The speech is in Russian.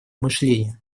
мышление